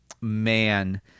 Man